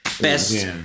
best